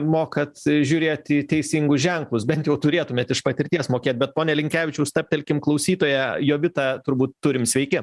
mokat žiūrėti į teisingus ženklus bent jau turėtumėt iš patirties mokėt bet pone linkevičiau stabtelkim klausytoją jovitą turbūt turim sveiki